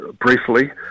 briefly